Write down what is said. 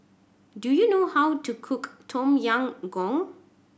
do you know how to cook Tom Yam Goong